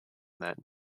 that